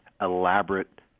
elaborate